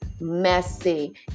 messy